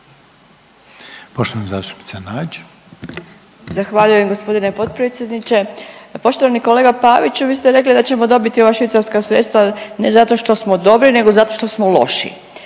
(Socijaldemokrati)** Zahvaljujem g. potpredsjedniče, poštovani kolega Paviću. Vi ste rekli da ćemo dobiti ova švicarska sredstva ne zato što smo dobri nego zato što smo loši.